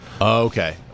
Okay